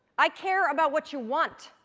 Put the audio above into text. i care about what you want!